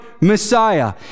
Messiah